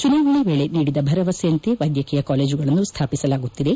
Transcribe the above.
ಚುನಾವಣೆ ವೇಳೆ ನೀಡಿದ ಭರವಸೆಯಂತೆ ವೈದ್ಯಕೀಯ ಕಾಲೇಜುಗಳನ್ನು ಸ್ಥಾಪಿಸಲಾಗುತ್ತಿದೆ